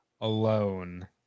alone